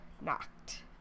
Knocked